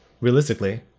realistically